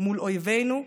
מול אויבינו,